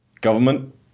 Government